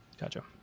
Gotcha